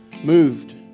Moved